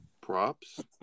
Props